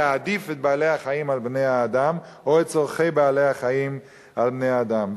להעדיף את בעלי-החיים על בני-האדם או את צורכי בעלי-החיים על בני-אדם.